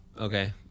Okay